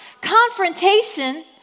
Confrontation